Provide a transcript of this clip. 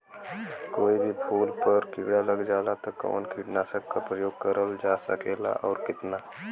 कोई भी फूल पर कीड़ा लग जाला त कवन कीटनाशक क प्रयोग करल जा सकेला और कितना?